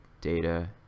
data